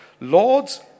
lords